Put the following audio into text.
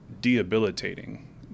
debilitating